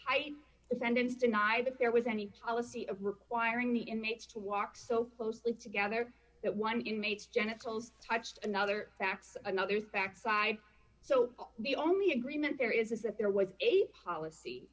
tight defendants deny that there was any policy of requiring the inmates to walk so closely together that one unit mates genitals touched another facts another is backside so the only agreement there is is that there was a policy